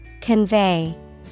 Convey